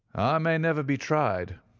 i may never be tried,